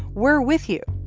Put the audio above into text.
we're with you.